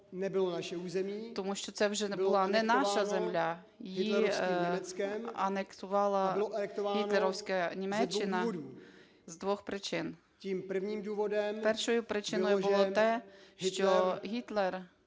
тому що це вже була не наша земля, її анексувала гітлерівська Німеччина з двох причини. Першою причиною було те, що Гітлер